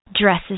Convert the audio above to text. dresses